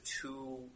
two